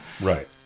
Right